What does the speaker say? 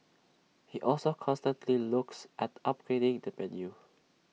he also constantly looks at upgrading the menu